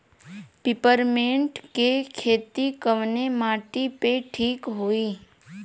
Peppermint के खेती कवने माटी पे ठीक होई?